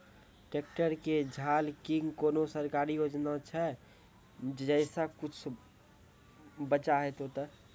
Tractor के झाल किंग कोनो सरकारी योजना छ जैसा कुछ बचा तो है ते?